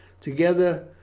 Together